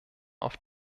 auf